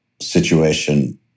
situation